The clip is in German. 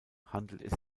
handelt